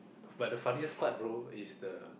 but the funniest part bro is the